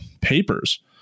papers